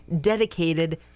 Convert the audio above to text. dedicated